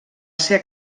ser